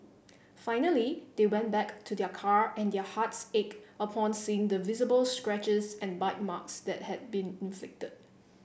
finally they went back to their car and their hearts ached upon seeing the visible scratches and bite marks that had been inflicted